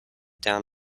down